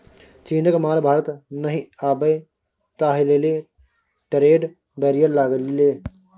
चीनक माल भारत नहि आबय ताहि लेल ट्रेड बैरियर लागि गेल